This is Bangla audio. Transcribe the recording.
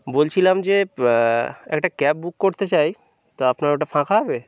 বলছিলাম যে একটা ক্যাব বুক করতে চাই তো আপনার ওটা ফাঁকা হবে